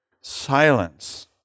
silence